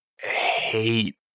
hate